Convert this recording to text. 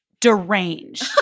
deranged